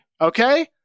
Okay